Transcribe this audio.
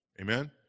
Amen